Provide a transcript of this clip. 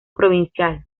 provincial